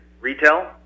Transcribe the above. retail